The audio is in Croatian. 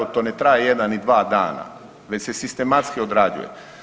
To ne traje jedan i dva dana, već se sistematski odrađuje.